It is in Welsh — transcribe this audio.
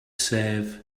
sef